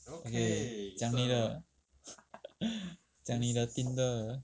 okay 讲你的讲你的 Tinder